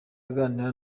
aganira